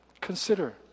consider